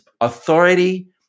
Authority